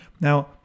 Now